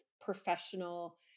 professional